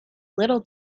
little